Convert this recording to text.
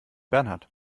bernhard